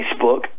Facebook